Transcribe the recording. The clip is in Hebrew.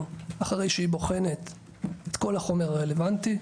אחרי שהיא בוחנת את כל החומר הרלוונטי,